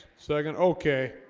second okay,